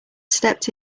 stepped